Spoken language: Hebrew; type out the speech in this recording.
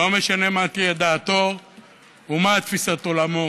לא משנה מה תהיה דעתו ומה תפיסת עולמו.